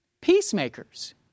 Peacemakers